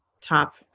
top